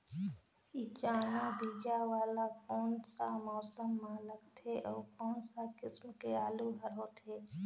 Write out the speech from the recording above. चाना बीजा वाला कोन सा मौसम म लगथे अउ कोन सा किसम के आलू हर होथे?